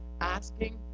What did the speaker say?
asking